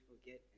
forget